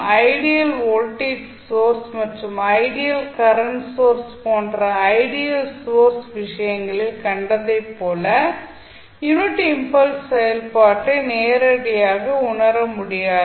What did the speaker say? ideal voltage source மற்றும் ideal current source போன்ற ideal source விஷயங்களில் கண்டதைப் போல யூனிட் இம்பல்ஸ் செயல்பாட்டை நேரடியாக உணர முடியாது